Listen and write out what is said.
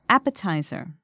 Appetizer